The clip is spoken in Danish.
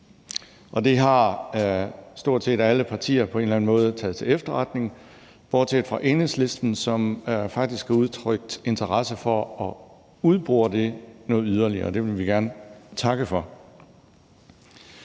på en eller anden måde taget til efterretning bortset fra Enhedslisten, som faktisk har udtrykt interesse for at udbore det yderligere. Det vil vi gerne takke for.